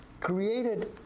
created